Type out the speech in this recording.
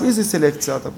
אז על איזו סלקציה אתה מדבר?